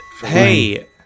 Hey